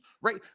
right